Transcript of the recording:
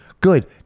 good